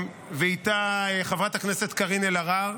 ואיתה חברת הכנסת קארין אלהרר,